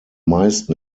meisten